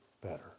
better